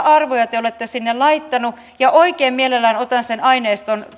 arvoja te olette sinne laittaneet ja oikein mielelläni otan sen aineiston